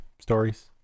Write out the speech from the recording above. stories